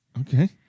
Okay